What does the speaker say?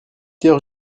heures